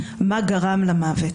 מה גרם למוות.